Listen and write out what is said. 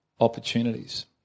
opportunities